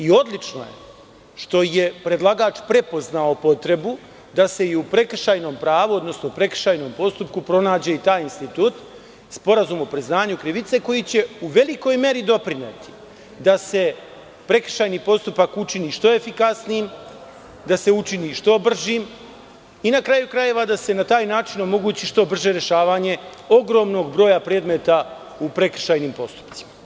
Odlično je što je predlagač prepoznao potrebu da se i u prekršajnom pravu, odnosno u prekršajnom postupku pronađe i taj institut - sporazum o priznanju krivice, koji će u velikoj meri doprineti da se prekršajni postupak učini što efikasnijim, da se učini što bržim i, na kraju krajeva, da se na taj način omogući što brže rešavanje ogromnog broja predmeta u prekršajnim postupcima.